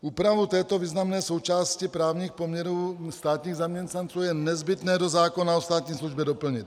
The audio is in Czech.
Úpravu této významné součásti právních poměrů státních zaměstnanců je nezbytné do zákona o státní službě doplnit.